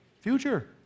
Future